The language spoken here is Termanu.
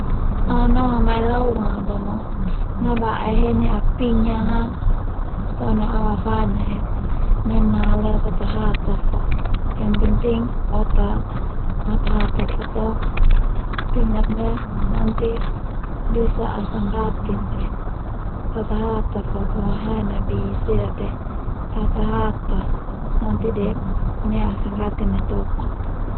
Au nanong al mai lo au umang a bomo nabae heni au pinyak a sone au afadan ae nemna leo tahata Hata fa yang penting o ta hata-hata fa to pinyak ndia nanti bisa asa gatin te tahata-hata fa o haen na bi sila te tahata hata nanti de neu asa gatin nai toko.